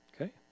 Okay